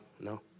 no